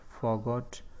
forgot